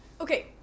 okay